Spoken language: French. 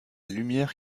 lumière